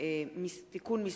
זה התקבל.